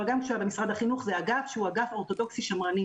אבל גם כשהוא היה במשרד החינוך זה אגף שהוא אגף אורתודוכסי שמרני.